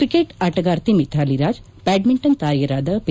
cricket ಆಟಗಾರ್ತಿ Mithali Raj badminton ತಾರೆಯರಾದ P